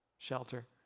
shelter